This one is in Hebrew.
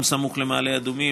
גם סמוך למעלה אדומים,